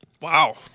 Wow